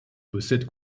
possède